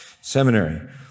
seminary